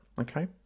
okay